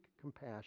compassion